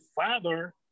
father